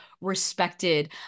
respected